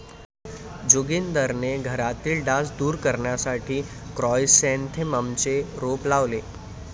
जोगिंदरने घरातील डास दूर करण्यासाठी क्रायसॅन्थेममचे रोप लावले